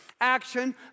action